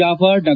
ಜಾಫರ್ ಡಾ